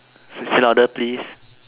say say louder please